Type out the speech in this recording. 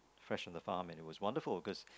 fresh on the farm and it was wonderful cause